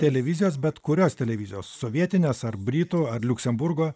televizijos bet kurios televizijos sovietinės ar britų ar liuksemburgo